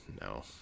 no